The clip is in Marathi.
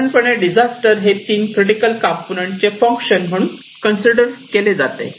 साधारणपणे डिजास्टर हे तीन क्रिटिकल कंपोनेंटचे फंक्शन म्हणून कन्सिडर केले जाते